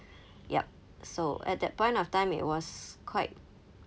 yup so at that point of time it was quite